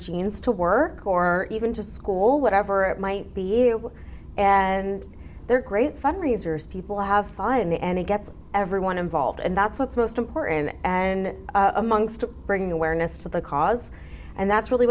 jeans to work or even to school whatever it might be able and they're great fundraisers people have fine and he gets everyone involved and that's what's most important in and amongst to bring awareness to the cause and that's really